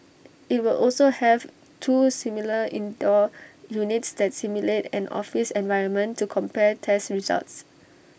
IT will also have two similar indoor units that simulate an office environment to compare tests results